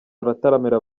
arataramira